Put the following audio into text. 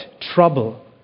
trouble